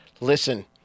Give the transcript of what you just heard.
listen